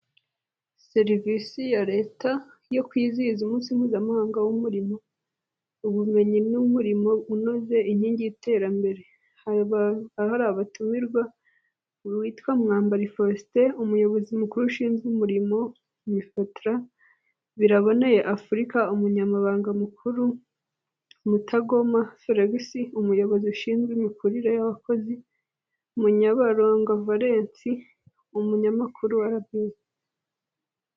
Serivisi ya Leta yo kwizihiza umunsi mpuzamahanga w'umurimo, ubumenyi n'umurimo unoze inkingi y'iterambere, haba hari abatumirwa uwitwa Mwambari Faustin umuyobozi mukuru ushinzwe umurimo MIFOTARA, Biraboneye Africa umunyamabanga mukuru, Mutagoma Felix umuyobozi ushinzwe imikorere y'abakozi, Munyaburanga Valens umunyamakuru wa RBA.